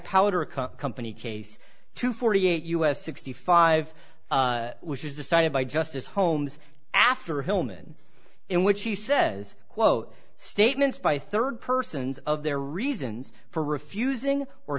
power company case to forty eight us sixty five which is decided by justice holmes after hilman in which he says quote statements by third persons of their reasons for refusing or